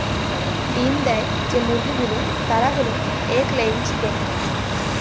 ডিম দেয় যে মুরগি গুলো তারা হল এগ লেয়িং চিকেন